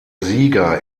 sieger